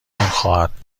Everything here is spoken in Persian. خواهد